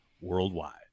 worldwide